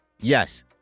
Yes